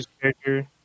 character